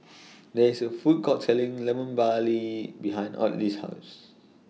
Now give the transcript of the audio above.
There IS A Food Court Selling Lemon Barley behind Ottilie's House